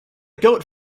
goat